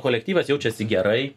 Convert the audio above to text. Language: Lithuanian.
kolektyvas jaučiasi gerai